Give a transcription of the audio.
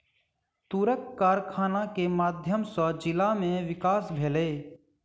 तूरक कारखाना के माध्यम सॅ जिला में विकास भेलै